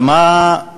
אבל מה הבעיה?